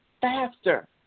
faster